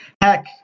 Heck